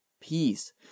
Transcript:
peace